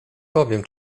powiem